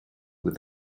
with